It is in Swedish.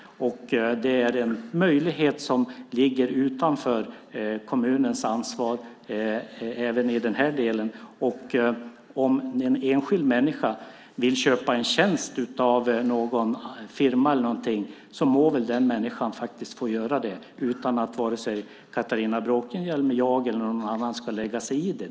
Det är en möjlighet som ligger utanför kommunens ansvar även i den här delen. Om en enskild människa vill köpa en tjänst av någon firma eller så må väl den människan få göra det utan att vare sig Catharina Bråkenhielm, jag eller någon annan ska lägga sig i det.